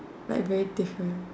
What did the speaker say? like very different